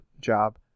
job